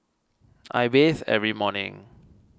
I bathe every morning